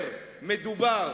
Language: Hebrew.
כאשר מדובר